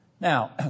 Now